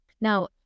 Now